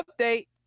update